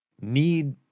need